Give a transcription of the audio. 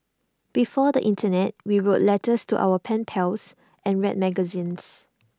before the Internet we wrote letters to our pen pals and read magazines